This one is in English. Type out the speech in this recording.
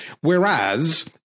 Whereas